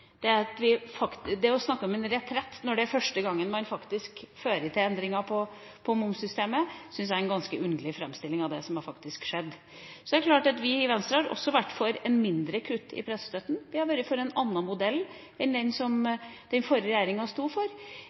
det som vi har etterlyst kjempelenge. Det å snakke om retrett når det er første gangen man gjør endringer i momssystemet, syns jeg er en ganske underlig framstilling av det som faktisk har skjedd. Så er det klart at vi i Venstre har også vært for et mindre kutt i pressestøtten. Vi har vært for en annen modell enn den som den forrige regjeringa sto for.